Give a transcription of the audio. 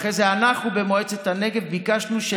ואחרי זה אנחנו במועצת הנגב ביקשנו,